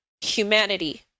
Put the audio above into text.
humanity